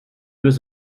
deux